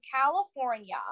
California